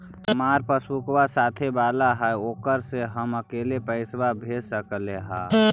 हमार पासबुकवा साथे वाला है ओकरा से हम अकेले पैसावा भेज सकलेहा?